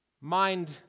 mind